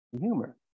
humor